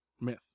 myth